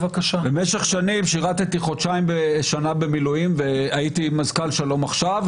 במשך שנים שירתי חודשיים בשנה במילואים והייתי מזכ"ל שלום עכשיו,